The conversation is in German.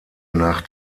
nach